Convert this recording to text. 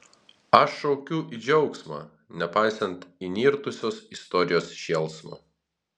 aš šaukiu į džiaugsmą nepaisant įnirtusios istorijos šėlsmo